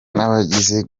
n’abagize